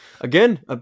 again